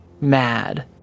mad